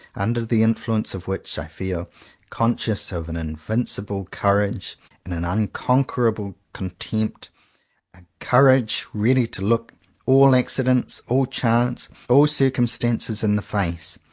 under the influence of which i feel con scious of an invincible courage and an un conquerable contempt a courage ready to look all accidents, all chances, all circum stances, in the face,